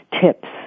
tips